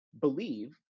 believe